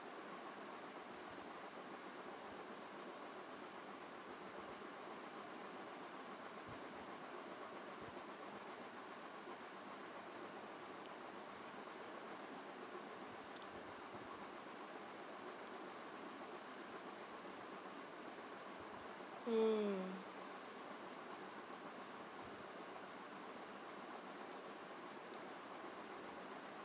hmm